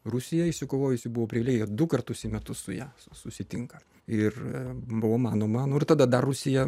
rusija išsikovojusi buvo pridėjo du kartus į metus su ja susitinka ir buvo manoma ir tada rusija